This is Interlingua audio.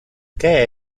que